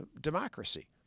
democracy